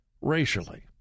racially